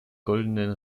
goldenen